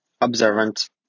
observant